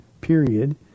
period